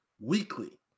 weekly